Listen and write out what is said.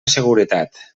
seguretat